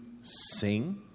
sing